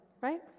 right